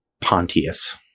Pontius